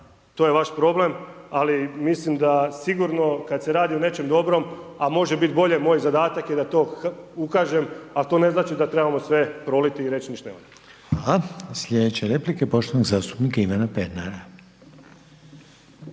To je vaš problem. Ali mislim da sigurno kada se radi o nečem dobrom, a može biti bolje, moj zadatak je da to ukažem. Ali to ne znači da trebamo sve proliti i reći ništa ne valja. **Reiner, Željko (HDZ)** Hvala. Sljedeća je replika poštovanog zastupnika Ivana Pernara.